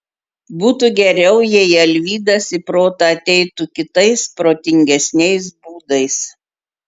būtų geriau jei alvydas į protą ateitų kitais protingesniais būdais